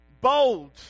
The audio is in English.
bold